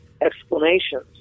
explanations